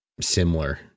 similar